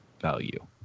value